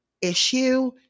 issue